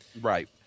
Right